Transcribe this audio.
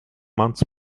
months